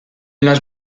las